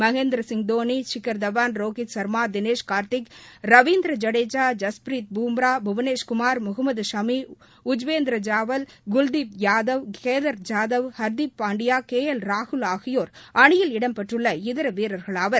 Mahendra Singh Dhoni Shikhar Dhawan Rohit Sharma Dinesh Karthik Ravindra Jadeja Jasprit Bumrah Bhuvneshwar Kumar Mohammed Shami Yuzvendra Chahal Kuldeep Yadav Kedar Jadhav Hardik Pandya K L ராகுல் ஆகியோர் அணியில் இடம்பெற்றுள்ள இதர வீரர்களாவர்